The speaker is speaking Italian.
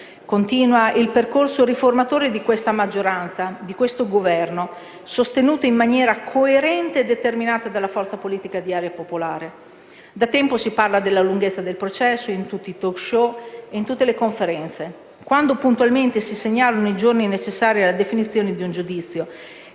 Continua il percorso riformatore di questa maggioranza e di questo Governo, sostenuto in maniera coerente e determinante dalla forza politica Area Popolare. Da tempo si parla della lunghezza del processo in tutti i *talk show* e in tutte le conferenze, quando puntualmente si segnalano i giorni necessari alla definizione di un giudizio,